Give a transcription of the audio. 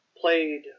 played